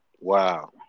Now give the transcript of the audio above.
Wow